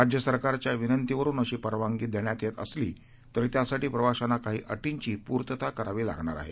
राज्यसरकारच्याविनंतीवरूनअशीपरवानगीदेण्यातयेतअसलीतरीत्यासाठीप्रवाशांनाकाहीअटींचीपूर्तताकरावीलागणारआहे